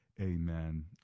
Amen